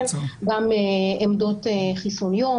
גם עמדות חיסון יום,